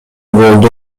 болду